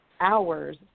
hours